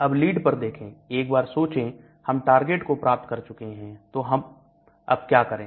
अब लीड पर देखें एक बार सोचें हम टारगेट को प्राप्त कर चुके हैं तो हम अब क्या करें